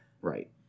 Right